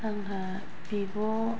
आंहा बिब'